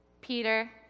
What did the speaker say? Peter